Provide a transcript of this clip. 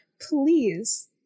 please